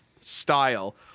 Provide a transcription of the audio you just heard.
style